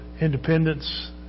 independence